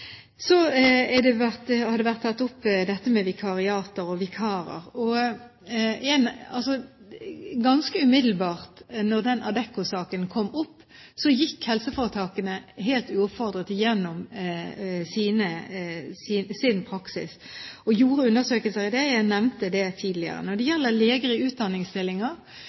Så har dette med vikariater og vikarer blitt tatt opp. Ganske umiddelbart, da den Adecco-saken kom opp, gikk helseforetakene helt uoppfordret gjennom sin praksis og gjorde undersøkelser i denne – jeg nevnte det tidligere. Når det gjelder leger i